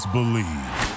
Believe